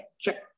check